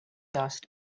dust